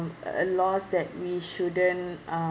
a loss that we shouldn't um